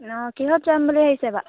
অঁ কিহত যাম বুলি ভাবিছে বাৰু